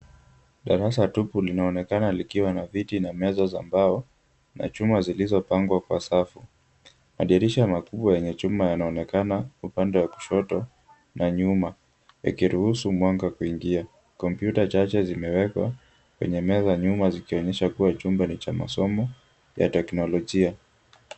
Darasa tupu linaonekana likiwa na viti na meza za mbao, na chuma zilizopangwa kwa safu. Madirisha makubwa yenye chuma yanaonekana upande wa kushoto na nyuma, ikiruhusu mwanga kuingia. Kompyuta chache zimewekwa kwenye meza, nyuma, ikionyesha kuwa chumba ni cha somo ya teknolojia.